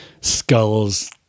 skulls